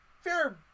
fair